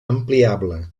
ampliable